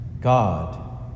God